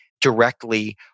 directly